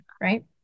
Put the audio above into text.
right